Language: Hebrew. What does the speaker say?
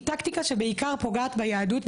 היא טקטיקה שבסופו של דבר עיקר פוגעת ביהדות.